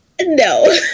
no